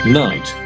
night